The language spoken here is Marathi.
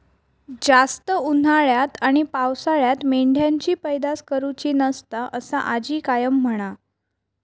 जास्त उन्हाळ्यात आणि पावसाळ्यात मेंढ्यांची पैदास करुची नसता, असा आजी कायम म्हणा